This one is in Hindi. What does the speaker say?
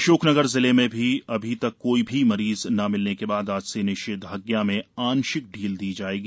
अशोकनगर जिले में अभी तक कोई भी मरीज न मिलने के बाद आज से निषेधाज्ञा में आंशिक ढ़ील दी जायेगी